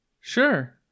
sure